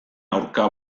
aurka